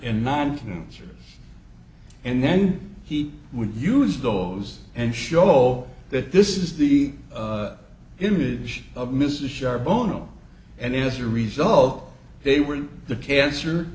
mountains and then he would use those and show that this is the image of mrs sharp bono and as a result they were the cancer